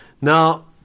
Now